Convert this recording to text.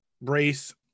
race